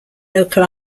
local